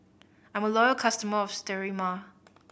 I'm a loyal customer of Sterimar